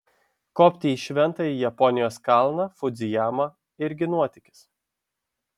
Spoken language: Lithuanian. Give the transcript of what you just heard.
kopti į šventąjį japonijos kalną fudzijamą irgi nuotykis